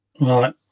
Right